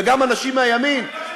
וגם אנשים מהימין,